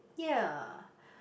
ya